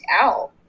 out